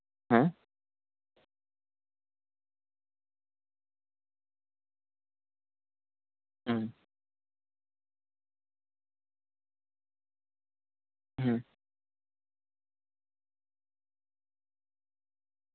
ᱦᱮᱸ ᱦᱮᱸ ᱦᱩᱸ ᱦᱩᱸ